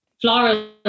floral